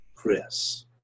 Chris